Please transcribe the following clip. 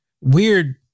weird